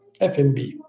FMB